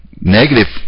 negative